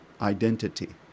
identity